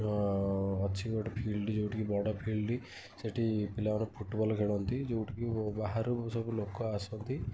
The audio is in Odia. ତ ଅଛି ଯେଉଁଠିକି ଗୋଟେ ଫିଳ୍ଡ ବଡ଼ ଫିଳ୍ଡ ସେଠି ପିଲାମାନେ ଫୁଟବଲ୍ ଖେଳନ୍ତି ଯେଉଁଠିକି ବାହାରୁ ସବୁ ଲୋକ ଆସନ୍ତି